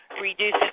reduce